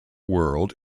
world